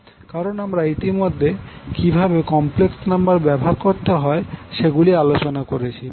কারন আমরা ইতিমধ্যে কিভাবে কম্প্লেক্স নাম্বার ব্যবহার করতে হয় সেগুলি আলোচনা করেছি